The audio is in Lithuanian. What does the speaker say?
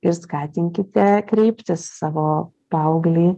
ir skatinkite kreiptis savo paauglį